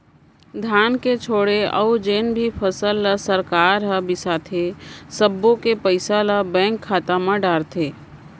धान के छोड़े अउ जेन भी फसल ल सरकार ह बिसाथे सब्बो के पइसा ल बेंक खाता म डारथे